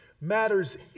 matters